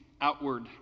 outward